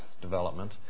development